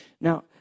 Now